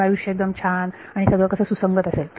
मग आयुष्य एकदम छान आणि सगळं सुसंगत असेल